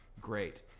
Great